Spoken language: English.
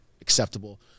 acceptable